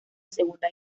segunda